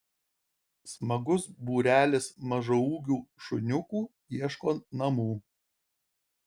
smagus būrelis mažaūgių šuniukų ieško namų